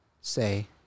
say